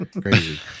Crazy